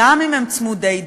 גם אם הם צמודי-דופן,